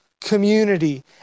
community